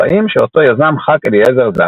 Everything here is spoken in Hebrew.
שאותו יזם ח"כ אליעזר זנדברג.